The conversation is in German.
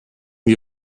die